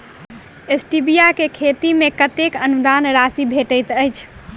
Stevia केँ खेती मे कतेक अनुदान राशि भेटैत अछि?